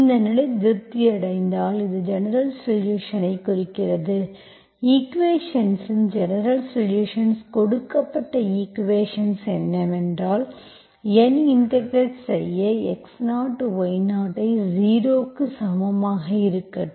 இந்த நிலை திருப்தி அடைந்தால் இது ஜெனரல்சொலுஷன்ஸ் ஐ குறிக்கிறது ஈக்குவேஷன்ஸ் ன் ஜெனரல்சொலுஷன்ஸ் கொடுக்கப்பட்ட ஈக்குவேஷன்ஸ் என்னவென்றால் N இன்டெகிரெட் செய்யx0y0 ஐ 0 0 க்கு சமமாக இருக்கட்டும்